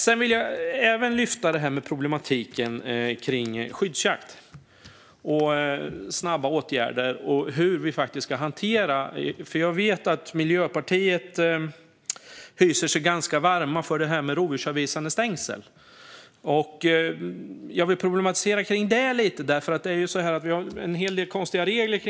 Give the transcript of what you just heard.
Sedan vill jag också lyfta problematiken kring skyddsjakt, snabba åtgärder och hur vi ska hantera detta. Jag vet att Miljöpartiet hyser varma känslor för rovdjursavvisande stängsel, och jag vill problematisera lite grann kring det. Vi har ju en hel del konstiga regler här.